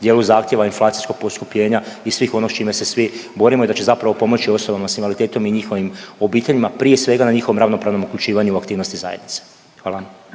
dijelu zahtjeva inflacijskog poskupljenja i svih ono s čime se svi borimo i da će pomoći osobama s invaliditetom i njihovim obiteljima, prije svega na njihovom ravnopravnom uključivanju u aktivnosti zajednice. Hvala.